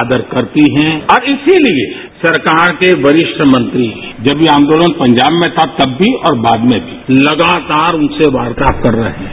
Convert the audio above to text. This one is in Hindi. आदर करती है और इसीलिये सरकार के वरिष्ठ मंत्री भी जब यह आंदोलन पंजाब में था तब भी और बाद में भी लगातार उनसे वार्ता कर रहे हैं